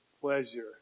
pleasure